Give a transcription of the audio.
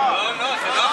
לא לא, את לא יכולה.